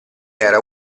era